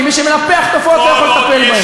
כי מי שמנפח תופעות לא יכול לטפל בהן.